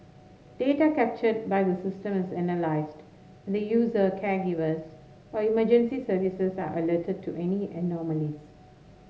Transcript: data captured by the systems analysed and user caregivers or emergency services are alerted to any anomalies